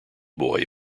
boy